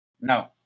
No